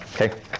okay